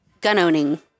gun-owning